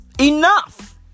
Enough